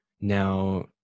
now